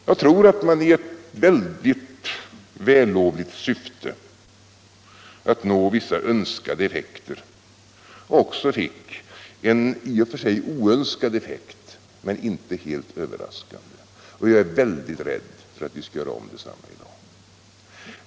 Jag tror att man i ett mycket vällovligt syfte att nå vissa önskade effekter också fick en i och för sig oönskad effekt, inte helt överraskande, och jag är mycket rädd för att vi skall göra om detsamma i dag.